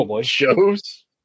shows